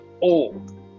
old